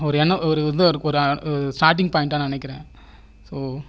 ஒரு எண்ண ஒரு இது ஒரு ஸ்டார்டிங் பாயிண்டாக நினைக்கிறன் ஸோ